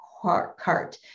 cart